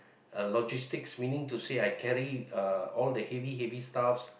uh logistics meaning to say I carry uh all the heavy heavy stuff